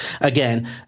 Again